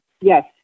yes